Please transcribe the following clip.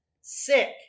Sick